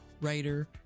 writer